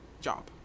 job